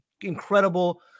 incredible